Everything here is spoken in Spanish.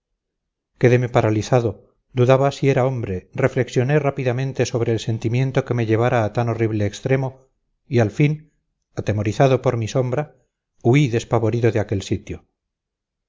mí quedeme paralizado dudaba si era hombre reflexioné rápidamente sobre el sentimiento que me llevara a tan horrible extremo y al fin atemorizado por mi sombra huí despavorido de aquel sitio